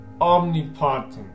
omnipotent